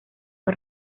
fue